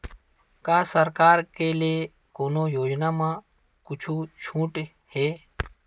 का सरकार के ले कोनो योजना म छुट चलत हे?